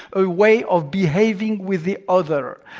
a way of behaving with the other,